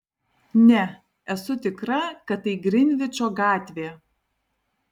ne esu tikra kad tai grinvičo gatvė